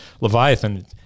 Leviathan